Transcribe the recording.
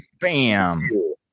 Bam